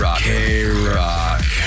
K-Rock